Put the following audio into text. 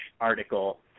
article